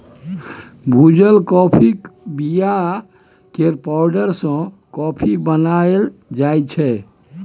भुजल काँफीक बीया केर पाउडर सँ कॉफी बनाएल जाइ छै